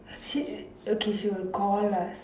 she okay she will call us